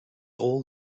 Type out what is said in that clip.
all